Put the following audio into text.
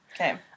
Okay